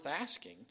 asking